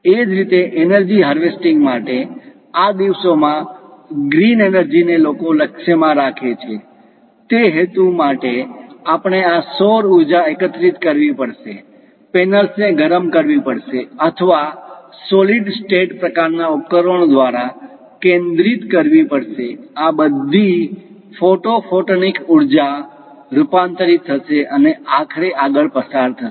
એ જ રીતે energy harvesting માટે આ દિવસોમાં ગ્રીન એનર્જી ને લોકો લક્ષ્યમાં રાખે છે તે હેતુ માટે આપણે આ સૌર ઊર્જા એકત્રિત કરવી પડશે પેનલ્સ ને ગરમ કરવી પડશે અથવા સોલિડ સ્ટેટ પ્રકારના ઉપકરણો દ્વારા કેન્દ્રિત કન્વર્ઝ્ડ converged કરવી પડશે આ બધી ફોટો ફોટોનિક ઊર્જા રૂપાંતરીત થશે અને આખરે આગળ પસાર થશે